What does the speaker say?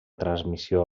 transmissió